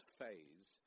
phase